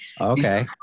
Okay